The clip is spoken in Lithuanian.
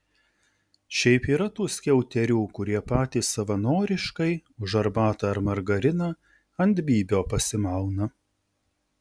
šiaip yra tų skiauterių kurie patys savanoriškai už arbatą ar margariną ant bybio pasimauna